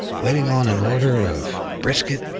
waiting on an order of brisket,